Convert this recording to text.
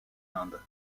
inde